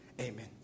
Amen